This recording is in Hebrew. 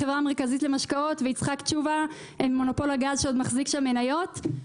החברה המרכזית למשקאות ויצחק תשובה עם מונופול הגז שעוד מחזיק שם מניות.